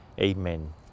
Amen